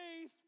faith